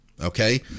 Okay